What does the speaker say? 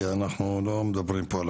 כי אנחנו לא מדברים פה על השוטף